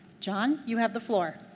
john, you have the floor.